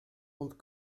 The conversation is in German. und